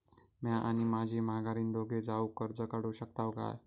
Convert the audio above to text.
म्या आणि माझी माघारीन दोघे जावून कर्ज काढू शकताव काय?